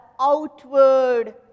outward